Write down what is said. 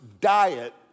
diet